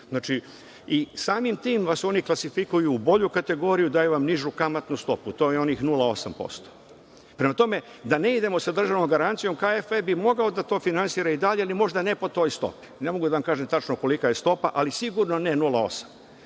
Znači, i samim tim vas oni klasifikuju u bolju kategoriju, daju vam nižu kamatnu stopu, to je onih 0,8%. Prema tome da ne idemo sa državnom garancijom KfW bi mogao to da finansira i dalje, ali možda ne po toj stopi, ne mogu tačno da vam kažem kolika je stopa, ali sigurno ne 0,8%.Što